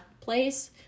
place